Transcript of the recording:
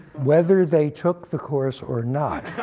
whether they took the course or not.